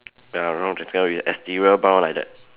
ya long rectangle with exterior bound like that